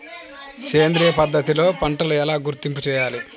సేంద్రియ పద్ధతిలో పంటలు ఎలా గుర్తింపు చేయాలి?